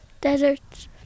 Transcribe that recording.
deserts